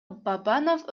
бабанов